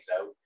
out